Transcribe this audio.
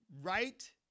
right